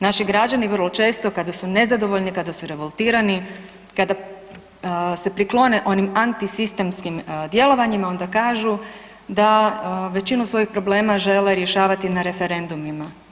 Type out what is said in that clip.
Naši građani vrlo često, kada su nezadovoljni, kada su revoltirani, kada se priklone onim antisistemskim djelovanjima, onda kažu da većina svojih problema žele rješavati na referendumima.